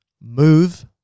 move